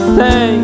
Thank